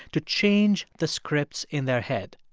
to change the scripts in their head.